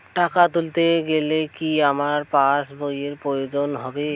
টাকা তুলতে গেলে কি আমার পাশ বইয়ের প্রয়োজন হবে?